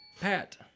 Pat